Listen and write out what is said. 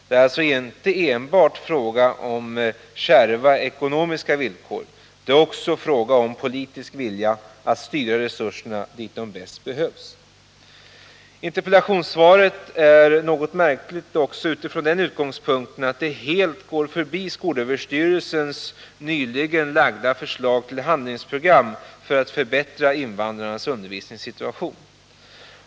Det är alltså inte enbart fråga om kärva ekonomiska villkor, det är också fråga om politisk vilja att styra resurserna dit där de bäst behövs. Interpellationssvaret är något märkligt också utifrån den utgångspunkten att det helt går förbi SÖ:s nyligen framlagda förslag till handlingsprogram för att förbättra invandrarnas undervisningssituation.